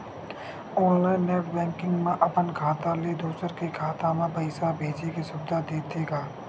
online net banking म अपन खाता ले दूसर के खाता म पइसा भेजे के सुबिधा देथे गा